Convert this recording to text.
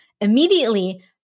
Immediately